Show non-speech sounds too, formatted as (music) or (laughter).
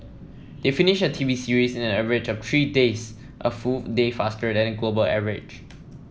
they finish a TV series in an average of three days a full day faster than the global average (noise)